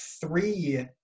three